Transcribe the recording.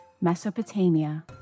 Mesopotamia